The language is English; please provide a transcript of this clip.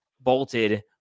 bolted